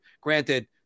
granted